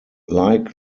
like